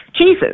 Jesus